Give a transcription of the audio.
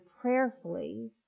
prayerfully